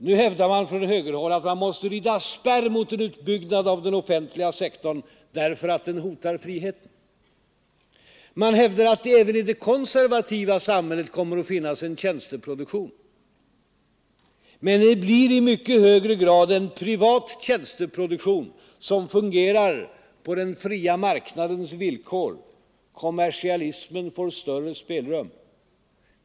Nu hävdas från högerhåll att vi måste rida spärr mot en utbyggnad av den offentliga sektorn därför att den hotar friheten. Man hävdar att även i det konservativa samhället kommer det att finnas en tjänsteproduktion. Men det blir i mycket högre grad en privat tjänsteproduktion som fungerar på den fria marknadens villkor. Kommersialismen får större spelrum.